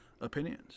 opinions